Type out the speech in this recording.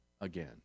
again